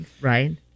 right